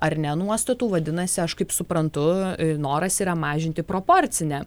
ar ne nuostatų vadinasi aš kaip suprantu noras yra mažinti proporcinę